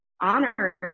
honor